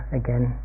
again